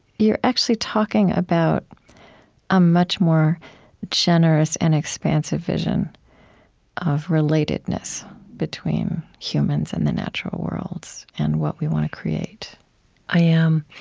you're actually talking about a much more generous and expansive vision of relatedness between humans and the natural worlds and what we want to create i am.